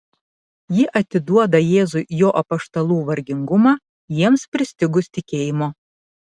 ji atiduoda jėzui jo apaštalų vargingumą jiems pristigus tikėjimo